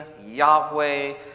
Yahweh